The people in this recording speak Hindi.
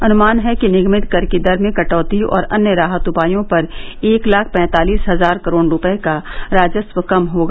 अन्मान है कि निगमित कर की दर में कटौती और अन्य राहत उपायों पर एक लाख पैंतालिस हजार करोड़ रूपये का राजस्व कम होगा